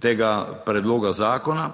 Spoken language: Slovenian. tega predloga zakona,